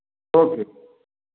okay